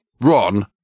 Ron